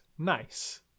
nice